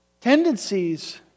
tendencies